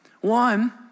One